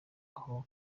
aho